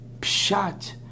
pshat